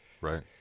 Right